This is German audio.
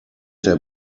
der